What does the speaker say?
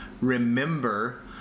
remember